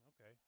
okay